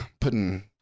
putting